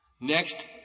Next